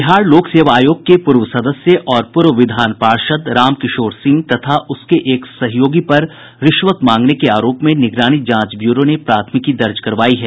बिहार लोक सेवा आयोग के पूर्व सदस्य और पूर्व विधान पार्षद राम किशोर सिंह और उनके एक सहयोगी पर रिश्वत मांगने के आरोप में निगरानी जांच ब्यूरो ने प्राथमिकी दर्ज करवायी है